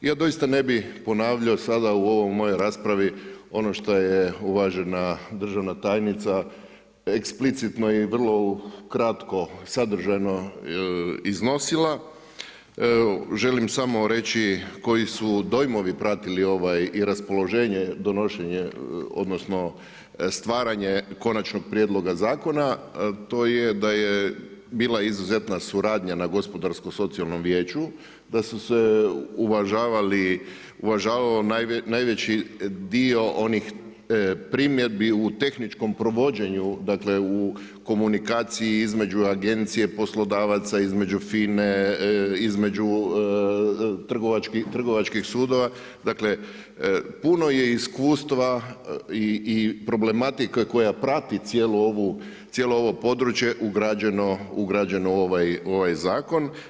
Ja doista ne bih ponavljao sada u ovoj mojoj raspravi ono što je uvažena državna tajnica eksplicitno i vrlo kratko, sadržajno iznosila, želim samo reći koji su dojmovi pratili ovaj i raspoloženje, donošenje odnosno stvaranje konačnog prijedloga zakona, to je da je bila izuzetna suradnja na Gospodarsko-socijalnom vijeću, da su se uvažavali, uvažavao, najveći dio onih primjedbi u tehničkom provođenju dakle u komunikaciji između agencije poslodavaca, između FINA-e, između trgovačkih sudova, dakle puno je iskustva i problematike koja prati cijelo ovo područje ugrađeno u ovaj zakon.